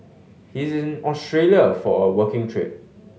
he is in Australia for a working trip